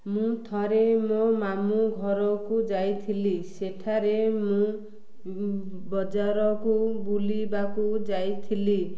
ମୁଁ ଥରେ ମୋ ମାମୁଁ ଘରକୁ ଯାଇଥିଲି ସେଠାରେ ମୁଁ ବଜାରକୁ ବୁଲିବାକୁ ଯାଇଥିଲି